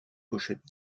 pochette